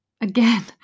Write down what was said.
Again